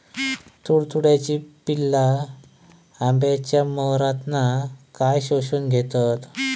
तुडतुड्याची पिल्ला आंब्याच्या मोहरातना काय शोशून घेतत?